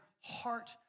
heart